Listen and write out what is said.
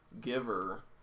giver